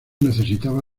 necesitaba